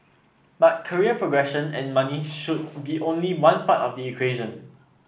but career progression and money should be only one part of the equation